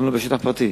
גם לא בשטח פרטי,